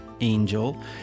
angel